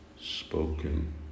spoken